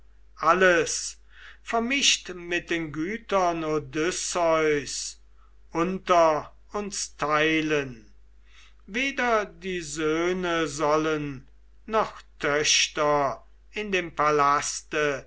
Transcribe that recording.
alles vermischt mit den gütern odysseus unter uns teilen weder die söhne sollen noch töchter in dem palaste